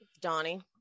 Donnie